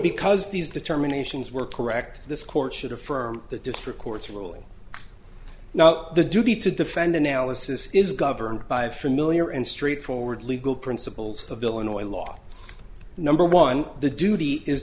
because these determinations were correct this court should affirm the district court's ruling now the duty to defend analysis is governed by familiar and straightforward legal principles of illinois law number one the duty is